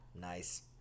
Nice